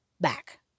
back